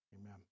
Amen